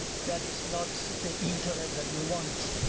that is not the internet that we want.